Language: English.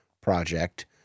project